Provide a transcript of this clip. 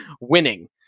winning